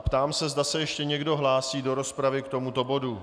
Ptám se, zda se ještě někdo hlásí do rozpravy k tomuto bodu.